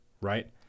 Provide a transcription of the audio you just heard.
right